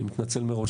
אני מתנצל מראש,